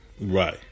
Right